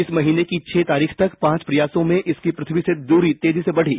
इस महीने की छह तारीख तक पांच प्रयासों में इसकी पृथ्वी से दूरी तेजी से बढ़ी